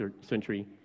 century